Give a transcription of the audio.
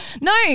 No